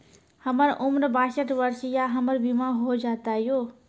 हमर उम्र बासठ वर्ष या हमर बीमा हो जाता यो?